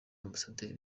amabasaderi